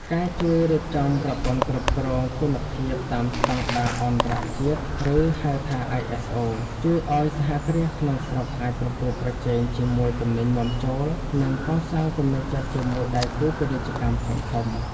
ការជួយរៀបចំប្រព័ន្ធគ្រប់គ្រងគុណភាពតាមស្ដង់ដារអន្តរជាតិ ( ឬ ហៅថា ISO) ជួយឱ្យសហគ្រាសក្នុងស្រុកអាចប្រកួតប្រជែងជាមួយទំនិញនាំចូល និងកសាងទំនុកចិត្តជាមួយដៃគូពាណិជ្ជកម្មធំៗ។